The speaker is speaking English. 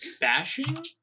bashing